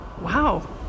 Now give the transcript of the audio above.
Wow